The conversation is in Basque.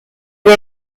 ere